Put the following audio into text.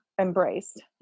embraced